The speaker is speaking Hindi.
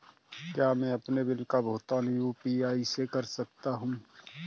क्या मैं अपने बिल का भुगतान यू.पी.आई से कर सकता हूँ?